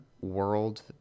world